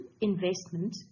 investment